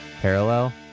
parallel